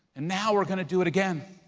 and now we're gonna do it again,